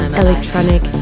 electronic